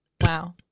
Wow